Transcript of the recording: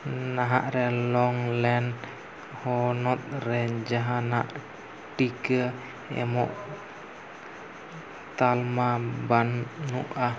ᱱᱟᱦᱟᱜ ᱨᱮ ᱞᱚᱝᱞᱮᱱ ᱦᱚᱱᱚᱛ ᱨᱮ ᱡᱟᱦᱟᱱᱟᱜ ᱴᱤᱠᱟᱹ ᱮᱢᱚᱜ ᱛᱟᱞᱢᱟ ᱵᱟᱹᱱᱩᱜᱼᱟ